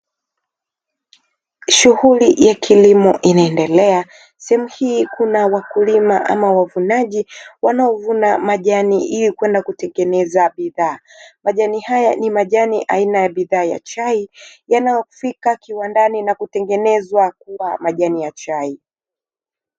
Shughuli ya kilimo inaendelea, sehemu hii kuna wakulima ama wavunaji wanaovuna majani ili kwenda kutengeneza bidhaa. Majani haya ni majani aina ya bidhaa ya chai, yanayofika kiwandani na kutengenezwa kuwa majani ya chai.